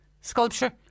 sculpture